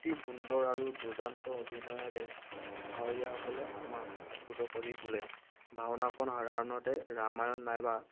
অতি সুন্দৰ আৰু দুৰ্দান্ত অভিনয়ৰে ভাাৱৰীয়াসকলে আমাক আপ্লুত কৰি তোলে ভাওনাখন সাধাৰণতে ৰামায়ণ নাইবা